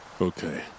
Okay